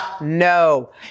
No